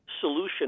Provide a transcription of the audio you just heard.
solution